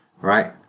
right